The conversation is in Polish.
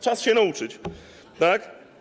Czas się nauczyć, tak?